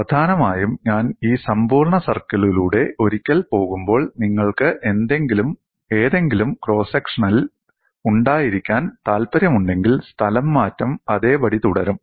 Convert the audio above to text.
പ്രധാനമായും ഞാൻ ഈ സമ്പൂർണ്ണ സർക്കിളിലൂടെ ഒരിക്കൽ പോകുമ്പോൾ നിങ്ങൾക്ക് ഏതെങ്കിലും ക്രോസ് സെക്ഷനിൽ ഉണ്ടായിരിക്കാൻ താൽപ്പര്യമുണ്ടെങ്കിൽ സ്ഥലംമാറ്റം അതേപടി തുടരും